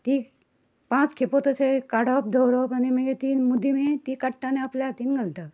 ती पांच खेपो तशे काडप दवरप आनी मागी ती मुदी मागीर ती काडटा आनी आपल्या हातीन घालता